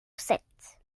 sept